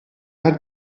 hat